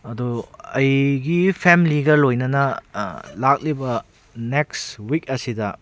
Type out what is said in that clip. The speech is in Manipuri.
ꯑꯗꯣ ꯑꯩꯒꯤ ꯐꯦꯃꯤꯂꯤꯒ ꯂꯣꯏꯅꯅ ꯂꯥꯛꯂꯤꯕ ꯅꯦꯛꯁ ꯋꯤꯛ ꯑꯁꯤꯗ